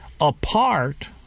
apart